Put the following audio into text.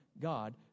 God